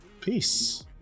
Peace